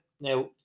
Now